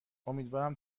امیدوارم